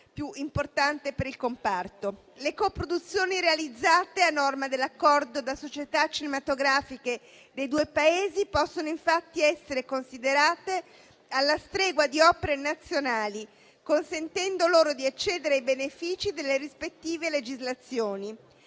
più importanti per il comparto. Le coproduzioni realizzate, a norma dell'Accordo, da società cinematografiche dei due Paesi possono infatti essere considerate alla stregua di opere nazionali, consentendo loro di accedere ai benefici delle rispettive legislazioni.